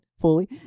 fully